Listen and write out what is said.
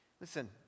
Listen